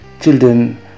children